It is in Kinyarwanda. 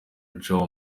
joe